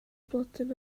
blodyn